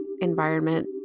environment